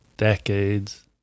decades